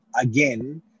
again